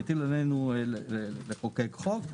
מטיל עלינו לחוקק חוק,